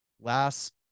last